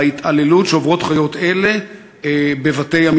התעללות שעוברות חיות אלה בבתי-המטבחיים,